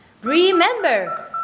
Remember